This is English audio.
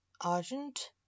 argent